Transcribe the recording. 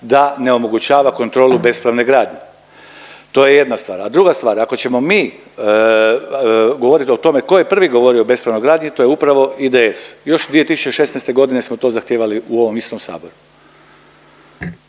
da ne omogućava kontrolu bespravne gradnje, to je jedna stvar. A druga stvar, ako ćemo mi govorit o tome ko je prvi govorio o bespravnoj gradnji to je upravo IDS, još 2016.g. smo to zahtijevali u ovom istom saboru.